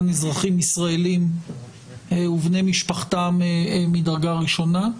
אזרחים ישראלים ובני משפחתם מדרגה ראשונה;